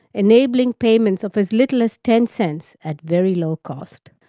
enabling payments of as little as ten cents, at very low cost.